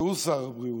שר הבריאות.